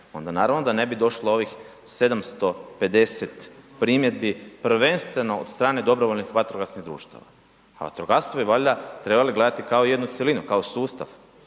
onda naravno da ne bi došlo ovih 750 primjedbi prvenstveno od strane dobrovoljnih vatrogasnih društava. A vatrogastvo bi valjda trebali gledati kao jednu cjelinu, kao sustav,